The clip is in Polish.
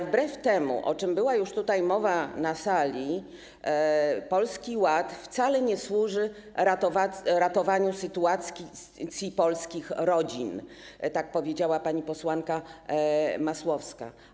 Wbrew temu, o czym była już tutaj, na sali mowa, Polski Ład wcale nie służy ratowaniu sytuacji polskich rodzin, jak powiedziała pani posłanka Masłowska.